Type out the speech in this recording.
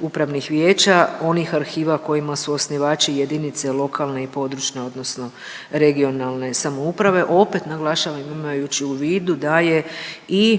upravnih vijeća onih arhiva kojima su osnivači jedinice lokalne i područne odnosno regionalne samouprave. Opet naglašavam imajući u vidu da je i